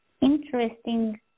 interesting